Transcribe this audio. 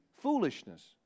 foolishness